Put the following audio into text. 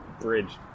bridge